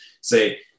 say